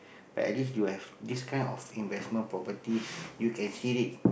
but at least you have this kind of investment property you can see it